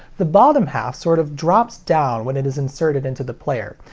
the bottom half sort of drops down when it is inserted into the player,